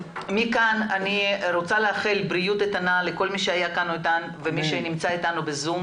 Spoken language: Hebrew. מכאן אני רוצה לאחל בריאות איתה לכל מי שהיה כאן איתנו ומי שנמצא בזום.